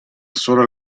sólo